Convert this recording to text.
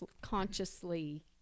consciously